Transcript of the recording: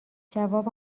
جواب